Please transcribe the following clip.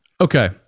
Okay